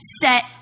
set